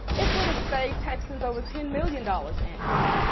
it would have saved texans over ten million dollars annually.